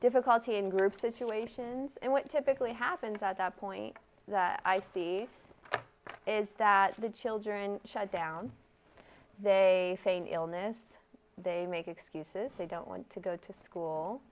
difficulty in group situations and what typically happens at that point i see is that the children shut down they fade illness they make excuses they don't want to go to school